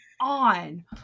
on